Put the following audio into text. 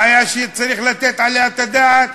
בעיה שצריך לתת עליה את הדעת,